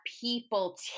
people